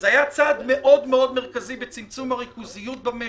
זה היה צעד מאוד-מאוד מרכזי בצמצום הריכוזיות במשק,